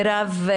מרב,